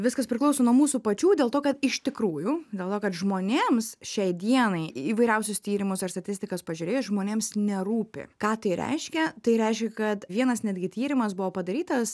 viskas priklauso nuo mūsų pačių dėl to kad iš tikrųjų dėl to kad žmonėms šiai dienai įvairiausius tyrimus ir statistikas pažiūrėjus žmonėms nerūpi ką tai reiškia tai reiškia kad vienas netgi tyrimas buvo padarytas